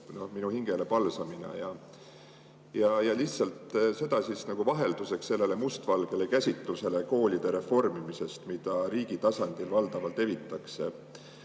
minu hingele palsamina. Lihtsalt see oli vahelduseks sellele mustvalgele käsitlusele koolide reformimisest, mida riigi tasandil valdavalt levitatakse.